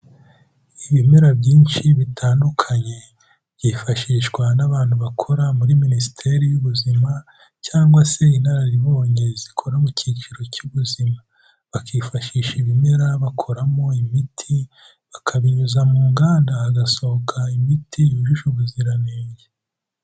Ibimera byinshi bitandukanye, byifashishwa n'abantu bakora muri minisiteri y'ubuzima cyangwa se intararibonye zikora mu cyiciro cy'ubuzima, bakifashisha ibimera bakoramo imiti, bakabinyuza mu nganda, hagasohoka imiti yujuje ubuziranenge.